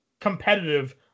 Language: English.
competitive